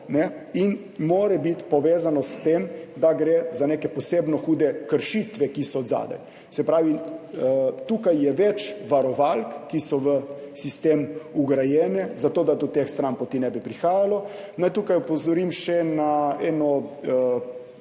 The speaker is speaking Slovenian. in mora biti povezana s tem, da gre za neke posebno hude kršitve, ki so odzadaj. Se pravi, tukaj je več varovalk, ki so vgrajene v sistem, zato da do teh stranpoti ne bi prihajalo. Naj tukaj opozorim še na eno,